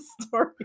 story